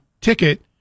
ticket